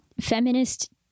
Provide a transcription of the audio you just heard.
feminist